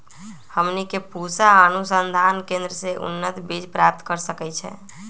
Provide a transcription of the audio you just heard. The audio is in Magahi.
हमनी के पूसा अनुसंधान केंद्र से उन्नत बीज प्राप्त कर सकैछे?